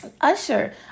Usher